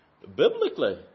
Biblically